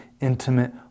intimate